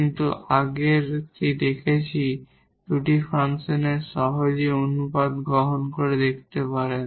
কিন্তু আগেরটি আমরা দেখেছি দুটি ফাংশন সহজেই অনুপাত গ্রহণ করে দেখতে পারেন